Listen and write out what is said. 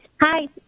hi